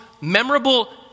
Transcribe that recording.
memorable